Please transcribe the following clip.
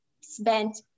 spent